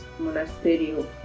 monasterio